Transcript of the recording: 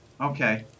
Okay